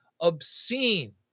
obscene